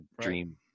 dream